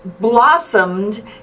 blossomed